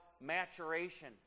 maturation